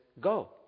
go